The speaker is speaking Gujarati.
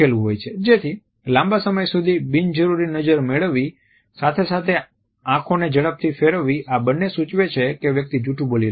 તેથી લાંબા સમય સુધી બિનજરૂરી નજર મેળવવી સાથે સાથે આંખોને ઝડપથી ફેરવવી આ બંને સૂચવે છે કે વ્યક્તિ જૂઠું બોલી રહી છે